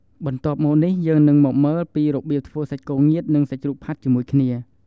បន្ទាប់មកនេះយើងនឹងមកមើលពីរបៀបធ្វើសាច់គោងៀតនិងសាច់ជ្រូកផាត់ជាមួយគ្នា។